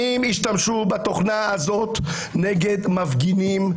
האם השתמשו בתוכנה הזאת נגד מפגינים?